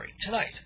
tonight